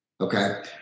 Okay